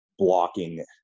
Blocking